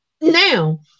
Now